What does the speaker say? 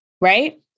Right